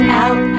out